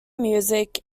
music